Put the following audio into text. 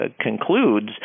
concludes